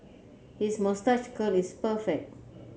his moustache curl is perfect